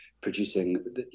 producing